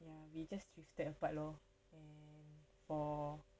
ya we just drifted apart lor and for